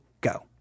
go